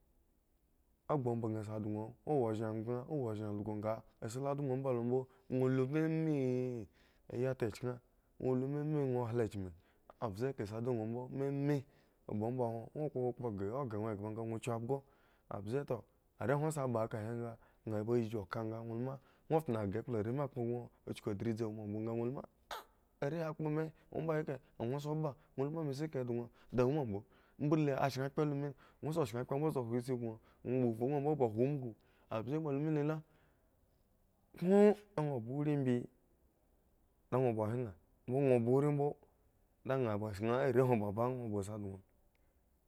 A gbuomba ban si don owo ozhen angbaŋ owo ozhen algonga a si lo doŋ amba lo mbo ŋwo lu ma me ayi ta chkin ŋwo luma me nuro hla chmeh ambze ka si don mbo me me gbu omba hwon dwo kpo kpo kahe ogare ghre ŋwo eghba nga ŋwochuabhgo ambze toh are hwon sa ba kahenga nha sa chuka nga luma ŋuro tnogah ekpla are mi kpo ŋuro uchuku adidzi boŋ ŋwo la me si kahe boŋ da womambo mbole a shen kphro lu mi ŋwo sha shed kphro mbo hwoisi bon ŋwo ba vhu nwoambo ba hwo umbusu ambze ba lu mi lela kuŋ awo ba urii ebi la ŋuro bo hwin la nwo ba uri mbo la nha ba shen are hwon ba ba nha si don.